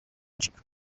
bacika